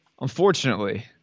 unfortunately